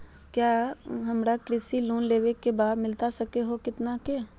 क्या हमारा कृषि लोन लेवे का बा मिलता सके ला तो कितना के?